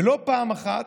ולא פעם אחת,